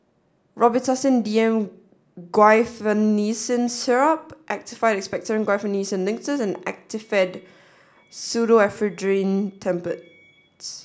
Robitussin D M Guaiphenesin Syrup Actified Expectorant Guaiphenesin Linctus and Actifed Pseudoephedrine Tablets